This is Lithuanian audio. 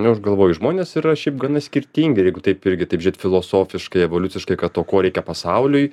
nu aš galvoju žmonės yra šiaip gana skirtingi ir jeigu taip irgi taip žėt filosofiškai evoliuciškai kad to ko reikia pasauliui